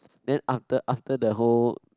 then after after the whole